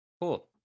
Cool